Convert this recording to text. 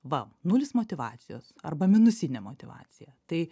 va nulis motyvacijos arba minusinė motyvacija tai